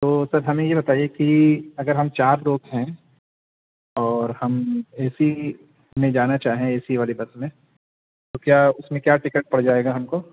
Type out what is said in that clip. تو سر ہمیں یہ بتائیے کہ اگر ہم چار لوگ ہیں اور ہم اے سی میں جانا چاہیں اے سی والی بس میں تو کیا اس میں کیا ٹکٹ پڑ جائے گا ہم کو